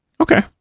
Okay